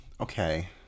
okay